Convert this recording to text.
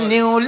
New